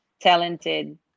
talented